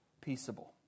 peaceable